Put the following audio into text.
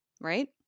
right